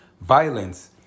violence